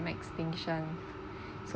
extinction so